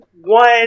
One